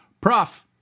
Prof